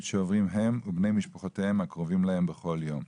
שעוברים הם ובני משפחותיהם הקרובים להם בכל יום.